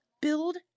Build